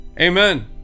Amen